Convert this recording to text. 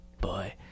boy